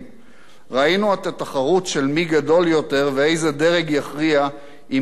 ראינו את התחרות של מי גדול יותר ואיזה דרג יכריע אם כן ולא,